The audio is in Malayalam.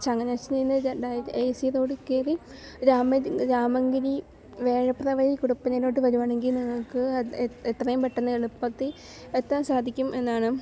ചങ്ങനാശ്ശേരിയിൽ നിന്നു രണ്ടായി എ സി റോഡ് കയറി രാമൻ രാമങ്കിരി വേഴപ്ര വഴി കൊടപ്പനയിലോട്ടു വരികയാണെങ്കിൽ നിങ്ങൾക്ക് എത്രയും പെട്ടെന്ന് എളുപ്പത്തിൽ എത്താൻ സാധിക്കും എന്നാണ്